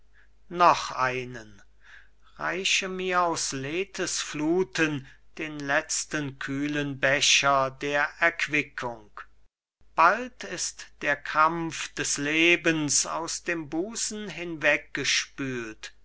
noch einen reiche mir aus lethe's fluthen den letzten kühlen becher der erquickung bald ist der krampf des lebens aus dem busen hinweggespült